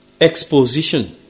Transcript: Exposition